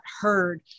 heard